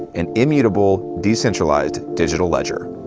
an immutable, decentralized digital ledger.